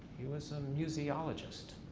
he was a museologist.